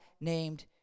named